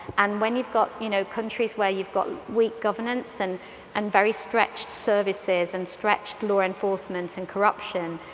and when you've got you know countries where you've got weak governance and and very stretched services, and stretched law enforcement, and corruption,